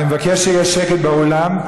אני מבקש שיהיה שקט באולם.